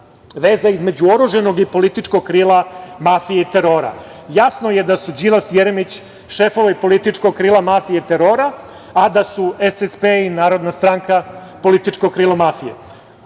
veza između oružanog i političkog krila mafije i terora. Jasno je da su Đilas i Jeremić šefovi političkog krila mafije terora, a da su SSP i Narodna stranka političko krilo mafije.